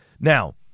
Now